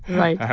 right.